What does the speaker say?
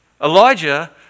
Elijah